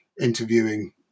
interviewing